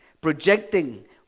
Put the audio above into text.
projecting